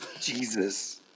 Jesus